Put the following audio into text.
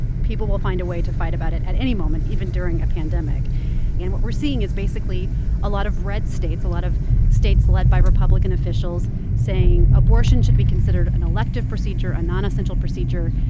people will find a way to fight about it at any moment, even during a pandemic and what we're seeing is basically a lot of red states a lot of states led by republican officials saying abortion should be considered an elective procedure, a nonessential procedure.